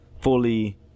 fully